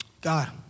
God